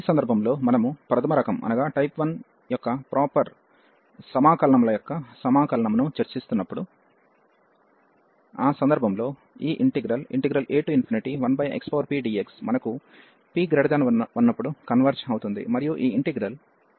ఈ సందర్భంలో మనము ప్రధమ రకం యొక్క ప్రాపర్ ఇంటిగ్రల్ ల యొక్క ఇంటిగ్రల్ ను చర్చిస్తున్నప్పుడు ఆ సందర్భంలో ఈ ఇంటిగ్రల్ a1xpdxమనకు p1ఉన్నప్పుడు కన్వెర్జ్ అవుతుంది మరియు ఈ ఇంటిగ్రల్ p≤1 లో డైవర్జెన్స్ అవుతుంది